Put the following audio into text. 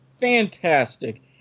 Fantastic